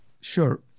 Sure